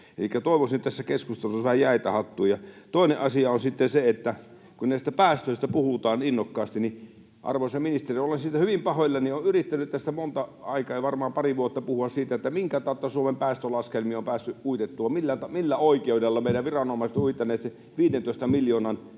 toivoisin tässä keskustelussa vähän jäitä hattuun. Toinen asia on sitten se, että kun näistä päästöistä puhutaan innokkaasti, arvoisa ministeri, niin olen siitä hyvin pahoillani, ja olen yrittänyt jo varmaan pari vuotta puhua siitä, että minkä kautta Suomen päästölaskelmia on päässyt uitettua — millä oikeudella meidän viranomaiset ovat uittaneet sen 15 miljoonaa